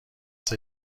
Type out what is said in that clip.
بسه